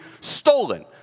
stolen